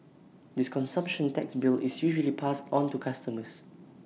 this consumption tax bill is usually passed on to customers